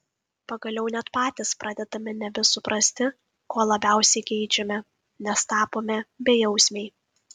pagaliau net patys pradedame nebesuprasti ko labiausiai geidžiame nes tapome bejausmiai